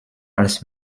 als